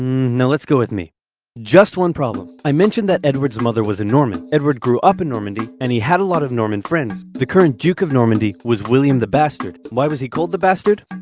no, let's go with me just one problem. i mentioned that edward's mother was a norman, edward grew up in normandy, and he had a lot of norman friends. the current duke of normandy was william the bastard. why was he called the bastard?